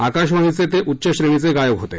आकाशवाणीचे ते उच्च श्रेणीचे गायक होते